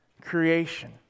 creation